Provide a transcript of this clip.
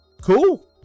cool